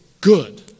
good